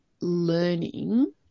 learning